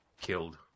killed